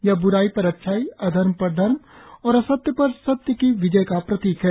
यह ब्राई पर अच्छाई अधर्म पर धर्म और असत्य पर सत्य की विजय प्रतीक है